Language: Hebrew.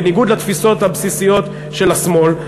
בניגוד לתפיסות הבסיסיות של השמאל,